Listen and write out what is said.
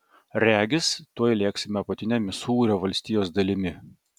regis tuoj lėksime apatine misūrio valstijos dalimi